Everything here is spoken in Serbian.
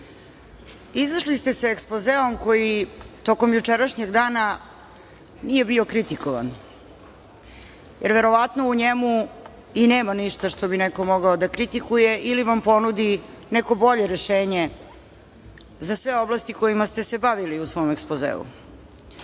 izašli ste sa ekspozeom koji tokom jučerašnjeg dana nije bio kritikovan, jer verovatno u njemu i nema ništa što bi neko mogao da kritikuje ili vam ponudi neko bolje rešenje za sve oblasti kojima ste se bavili u svom ekspozeu.